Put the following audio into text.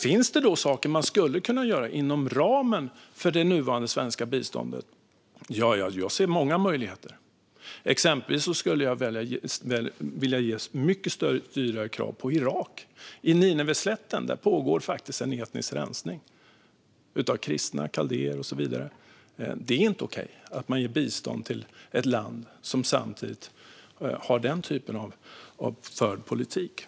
Finns det då saker man skulle kunna göra inom ramen för det nuvarande svenska biståndet? Ja, jag ser många möjligheter. Exempelvis skulle jag vilja ställa mycket större och tydligare krav på Irak. På Nineveslätten pågår faktiskt en etnisk rensning av kristna, kaldéer och så vidare. Det är inte okej att man ger bistånd till ett land som samtidigt för den typen av politik.